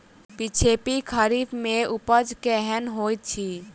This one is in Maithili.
पिछैती खरीफ मे उपज केहन होइत अछि?